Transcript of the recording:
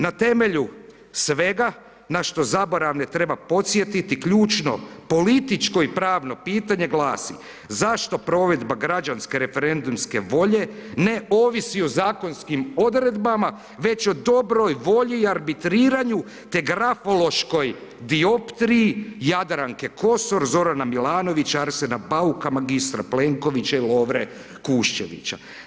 Na temelju svega, na što zaboravne treba podsjetiti ključno političko i pravno pitanje glasi, zašto provedba građanske referendumske volje ne ovisi o zakonskim odredbama, već o dobroj volji i arbitriranju, te grafološkoj dioptriji Jadranke Kosor, Zorana Milanovića, Arsena Bauka, mag. Plenkovića i Lovre Kuščevića?